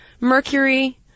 Mercury